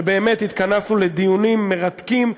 ובאמת התכנסנו לדיונים מרתקים,